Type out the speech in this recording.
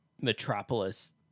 metropolis